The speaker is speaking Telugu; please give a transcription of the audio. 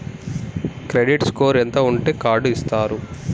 క్రెడిట్ స్కోర్ ఎంత ఉంటే కార్డ్ ఇస్తారు?